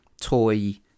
toy